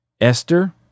Esther